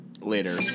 later